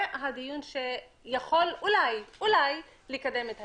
זה הדיון שיכול אולי לקדם את העניין.